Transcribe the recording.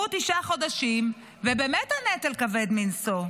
עברו תשעה חודשים, והנטל באמת כבד מנשוא.